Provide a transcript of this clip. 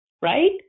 right